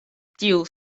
tiu